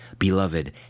Beloved